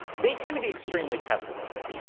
they tend to be extremely pessimistic.